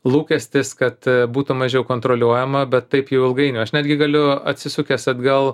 lūkestis kad būtų mažiau kontroliuojama bet taip jau ilgainiui aš netgi galiu atsisukęs atgal